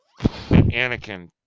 Anakin